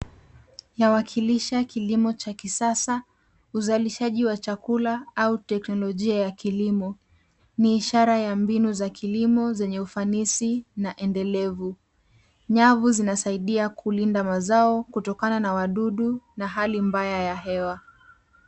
Yawakilisha kilimo cha kisasa, uzalishaji wa chakula au teknolojia ya kilimo. Ni ishara ya mbinu za kilimo zenye ufanisi na endelevu. Nyavu zinasaidia kulinda mazao kutokana na wadudu na hali mbaya ya hewa.